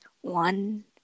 one